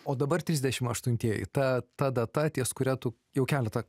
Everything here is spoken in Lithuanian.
o dabar trisdešim aštuntieji ta ta data ties kuria tu jau keletą